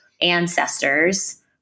ancestors